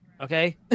okay